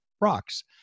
rocks